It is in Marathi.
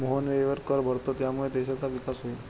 मोहन वेळेवर कर भरतो ज्यामुळे देशाचा विकास होईल